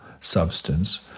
substance